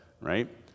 right